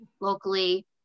locally